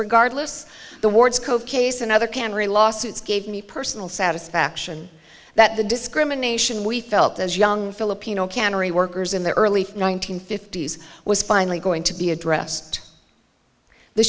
regardless the wards coke case and other camry lawsuits gave me personal satisfaction that the discrimination we felt as young filipino cannery workers in the early one nine hundred fifty s was finally going to be addressed the